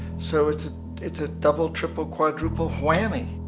so it's it's a double triple quadruple whammie!